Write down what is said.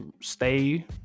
stay